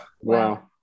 Wow